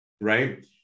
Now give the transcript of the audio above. right